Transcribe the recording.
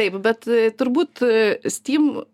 taip bet turbūt steam